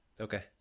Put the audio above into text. Okay